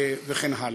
וכן הלאה.